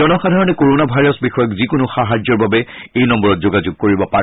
জনসাধাৰণে corona virus বিষয়ক যিকোনো সাহায্যৰ বাবে এই নম্বৰত যোগাযোগ কৰিব পাৰে